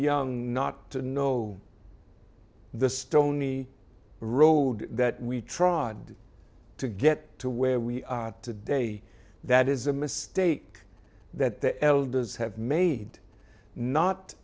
young not to know the stony road that we tried to get to where we are today that is a mistake that the elders have made not